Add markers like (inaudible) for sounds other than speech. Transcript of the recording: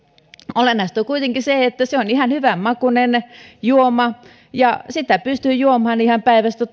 olennaista on kuitenkin se että se on ihan hyvänmakuinen juoma ja sitä pystyy juomaan päivästä (unintelligible)